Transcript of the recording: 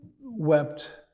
wept